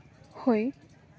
ᱦᱳᱭ